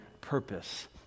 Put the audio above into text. purpose